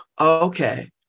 okay